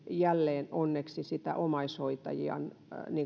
jälleen esiin sitä omaishoitajien